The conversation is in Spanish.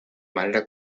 manera